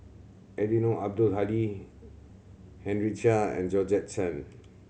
Eddino Abdul Hadi Henry Chia and Georgette Chen